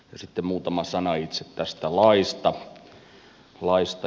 sitten muutama sana itse tästä laista